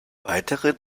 weitere